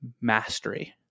mastery